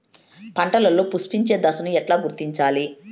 పంటలలో పుష్పించే దశను ఎట్లా గుర్తించాలి?